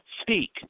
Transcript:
speak